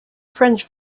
french